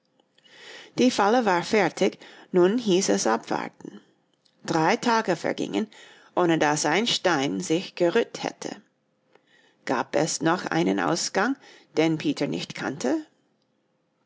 die falle war fertig nun hieß es abwarten drei tage vergingen ohne daß ein stein sich gerührt hätte gab es noch einen ausgang den peter nicht kannte